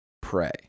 pray